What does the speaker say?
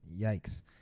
yikes